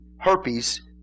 herpes